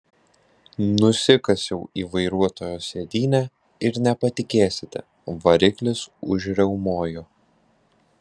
nusikasiau į vairuotojo sėdynę ir nepatikėsite variklis užriaumojo